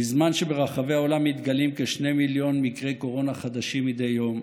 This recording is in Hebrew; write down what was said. בזמן שברחבי העולם מתגלים כשני מיליון מקרי קורונה מדי יום,